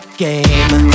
game